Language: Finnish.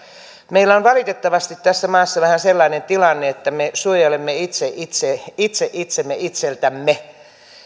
meillä on valitettavasti tässä maassa vähän sellainen tilanne että me suojelemme itse itse itsemme itseltämme